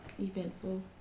eventful